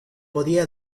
podía